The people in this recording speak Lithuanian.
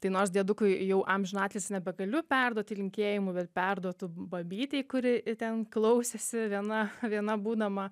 tai nors diedukui jau amžiną atilsį nebegaliu perduoti linkėjimų bet perduodu babytei kuri ten klausėsi viena viena būdama